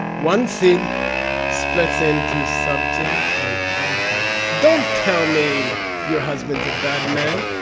one seed splits into subject and object. don't tell me your husband's a bad man.